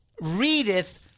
readeth